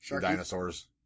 dinosaurs